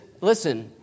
listen